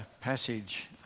passage